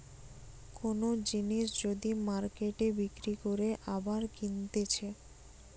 কোন জিনিস যদি মার্কেটে বিক্রি করে আবার কিনতেছে